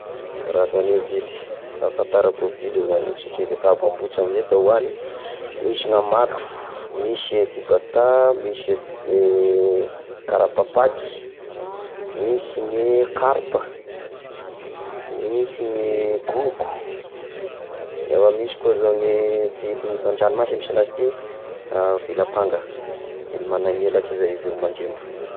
Karazagny vily, fahafantarako vily zany satria izy efa avy amboatra amizay da hoagny, misy ny amalo, misy a fibata, misy karapapaky, misy ny karpa, misy ny gogo, eo ah misy koa zao gny vily fa an-dranomasy misy agnazy ity vily apanga, vily magnan'elatry izay izy io mandrembo.